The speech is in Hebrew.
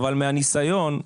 אבל מהניסיון,